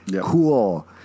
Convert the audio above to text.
Cool